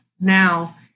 now